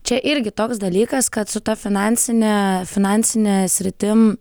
čia irgi toks dalykas kad su ta finansine finansine sritim